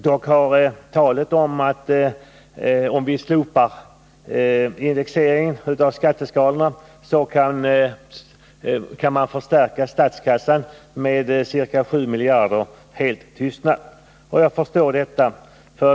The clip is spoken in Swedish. Dock har talet om att man, om vi slopar indexeringen av skatteskalorna, kan förstärka statskassan med ca 7 miljarder helt tystnat. Jag förstår detta.